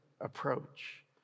approach